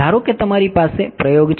ધારો કે તમારી પાસે પ્રયોગ છે